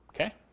Okay